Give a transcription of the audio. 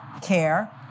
care